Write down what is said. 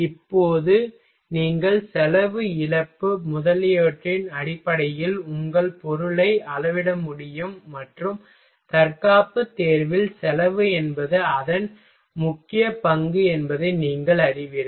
இப்போது நீங்கள் செலவு இழப்பு முதலியவற்றின் அடிப்படையில் உங்கள் பொருளை அளவிட முடியும் மற்றும் தற்காப்பு தேர்வில் செலவு என்பது அதன் முக்கிய பங்கு என்பதை நீங்கள் அறிவீர்கள்